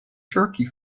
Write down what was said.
turkey